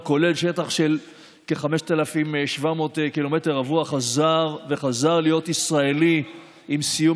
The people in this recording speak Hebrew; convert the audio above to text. הכולל שטח של כ-5,700 קילומטר רבוע שחזר להיות ישראלי עם סיום